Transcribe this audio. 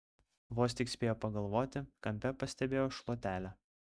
vos tik spėjo pagalvoti kampe pastebėjo šluotelę